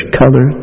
color